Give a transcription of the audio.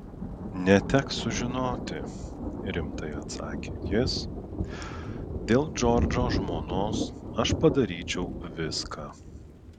neteks sužinoti rimtai atsakė jis dėl džordžo žmonos aš padaryčiau viską